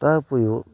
তাৰ উপৰিও